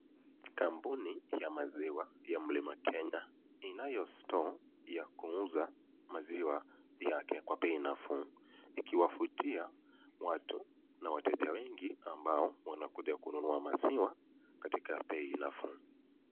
Kampuni ya maziwa ya Mlima Kenya, inayo store ya kuuza maziwa yake Kwa bei nafuu, ikiwavutia watu na wateja wengi ambao wanakuja kununua maziwa katika bei nafuu.